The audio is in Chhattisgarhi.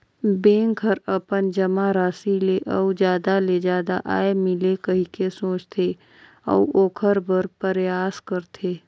बेंक हर अपन जमा राशि ले अउ जादा ले जादा आय मिले कहिके सोचथे, अऊ ओखर बर परयास करथे